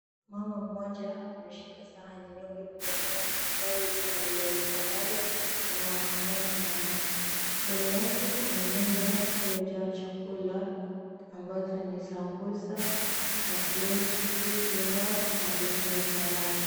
Mama mmoja ameshika sahani nyeupe mkononi ambayo ikona viazi karai, nyama wa kuchoma na nyama. Mbele yake kuna meza iliyojaa chakula ambazo ni sambusa, katlesi, kebab na viazi vya karai.